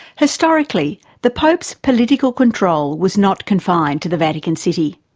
historically, the pope's political control was not confined to the vatican city.